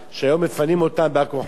שהיום מפנים אותם על-כורחם,